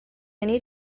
need